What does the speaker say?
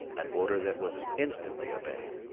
an order that was instantly obeyed,